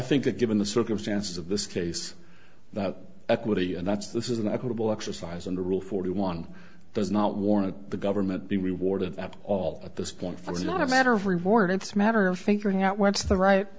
think that given the circumstances of this case that equity and that's this is an equitable exercise and the rule forty one does not warrant the government be rewarded at all at this point for not a matter of reward it's a matter of figuring out what's the right